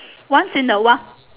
once in a while